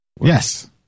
Yes